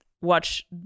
watch